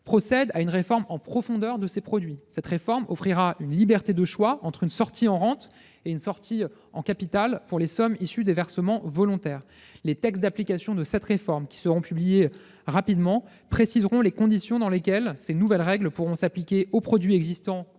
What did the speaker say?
procède à une réforme en profondeur de ces produits. Cette réforme offrira une liberté de choix entre une sortie en rente et une sortie en capital pour les sommes issues de versements volontaires. Les textes d'application de cette réforme, qui seront publiés rapidement, préciseront les conditions dans lesquelles les nouvelles règles pourront s'appliquer aux produits existants